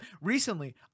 Recently